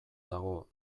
dago